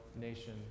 nation